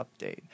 update